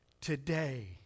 today